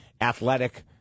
athletic